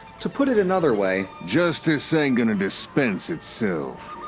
to put it another way? justice ain't gonna dispense itself!